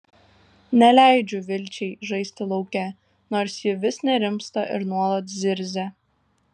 neleidžiu vilčiai žaisti lauke nors ji vis nerimsta ir nuolat zirzia